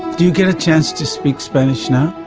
do you get a chance to speak spanish now?